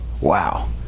Wow